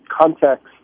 context